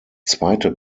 zweite